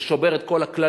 שזה שובר את כל הכללים,